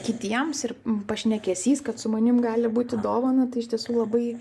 kitiems ir pašnekesys kad su manim gali būti dovana tai iš tiesų labai